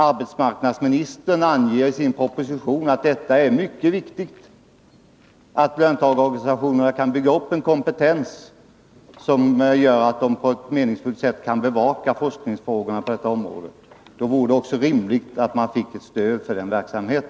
Arbetsmarknadsministern anger i sin proposition att det är mycket viktigt att löntagarorganisationerna kan bygga upp en kompetens som gör att de på ett meningsfullt sätt kan bevaka forskningsfrågorna på detta område. Det vore därför rimligt att de fick ett stöd för denna verksamhet.